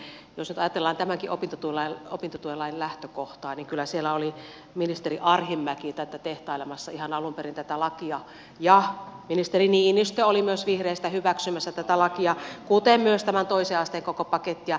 jos nyt ajatellaan tämänkin opintotukilain lähtökohtaa niin kyllä siellä oli ministeri arhinmäki tätä lakia tehtailemassa ihan alun perin ja ministeri niinistö oli myös vihreistä hyväksymässä tätä lakia kuten myös tämän toisen asteen koko pakettia